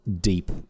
deep